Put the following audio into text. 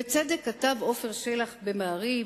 בצדק כתב עפר שלח ב"מעריב",